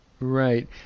Right